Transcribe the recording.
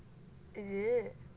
is it